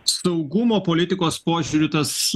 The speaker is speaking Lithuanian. saugumo politikos požiūriu tas